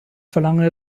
verlange